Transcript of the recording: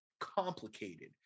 complicated